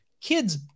kids